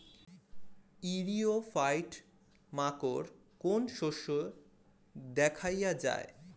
ইরিও ফাইট মাকোর কোন শস্য দেখাইয়া যায়?